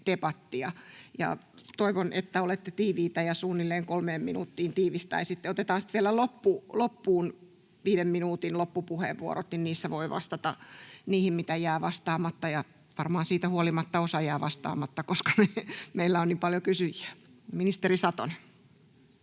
Toivon, että olette tiiviitä ja suunnilleen kolmeen minuuttiin tiivistäisitte. Otetaan sitten vielä loppuun viiden minuutin loppupuheenvuorot, niin niissä voi vastata niihin, mitä jää vastaamatta, ja varmaan siitä huolimatta osa jää vastaamatta, koska meillä on niin paljon kysyjiä. — Ministeri Satonen.